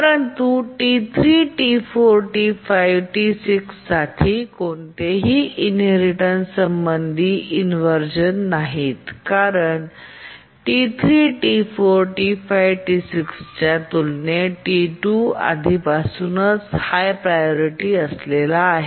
परंतु कार्य T3 T4 T5 T6 साठी कोणतेही इनहेरिटेन्स संबंधित इन्व्हरझेन नाहीत कारण T3 T4 T5 T6 च्या तुलनेत T2 आधीपासूनच हाय प्रायोरिटी असलेला आहे